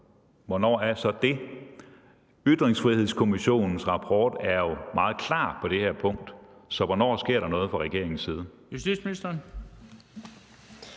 Hvornår er så det? Ytringsfrihedskommissionens rapport er jo meget klar på det her punkt. Så hvornår sker der noget fra regeringens side? Kl. 13:51 Den